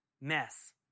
mess